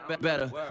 better